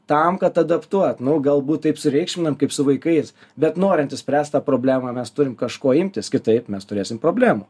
tam kad adaptuot na galbūt taip sureikšminam kaip su vaikais bet norint išspręst tą problemą mes turim kažko imtis kitaip mes turėsim problemų